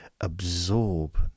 absorb